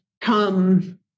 come